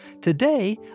Today